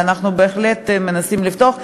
ואנחנו בהחלט מנסים לפתור.